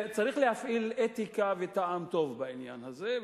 צריך להפעיל אתיקה וטעם טוב בעניין הזה.